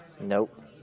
Nope